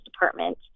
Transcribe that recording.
department